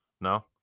No